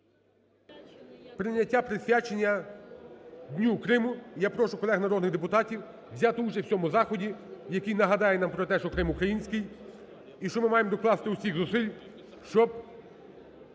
Прийняття присвячення Дню Криму. Я прошу колег народних депутатів взяти участь в цьому заході, який нагадає нам про те, що Крим український і що ми маємо докласти усіх зусиль, щоб